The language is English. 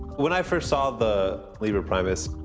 when i first saw the liber primus,